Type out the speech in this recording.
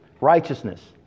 righteousness